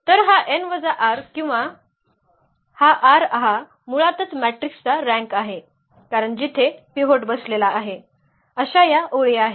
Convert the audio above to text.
तर हा n वजा R किंवा हा R हा मुळातच मॅट्रिक्सचा रँक आहे कारण जिथे पिव्होट बसलेला आहे अशा या ओळी आहेत